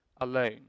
alone